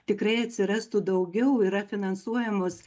tikrai atsirastų daugiau yra finansuojamos